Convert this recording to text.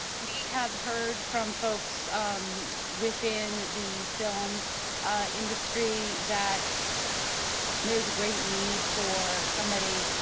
we have heard from folks within the film industry, that there is a great need for somebody